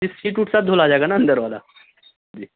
سٹ سیٹ سب دھلا جائےا اندر والا جی